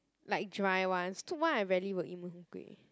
like dry ones soup [one] I rarely will eat Mee-Hoon-Kway